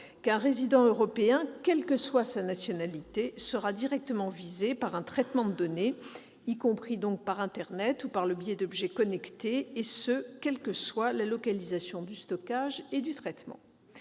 qu'un résident européen, quelle que soit sa nationalité, sera directement visé par un traitement de données, y compris donc par internet ou par le biais d'objets connectés, et ce quelle que soit la localisation du stockage et du traitement.